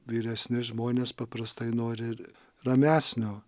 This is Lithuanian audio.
vyresni žmonės paprastai nori ramesnio